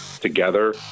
together